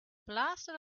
blasted